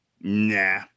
Nah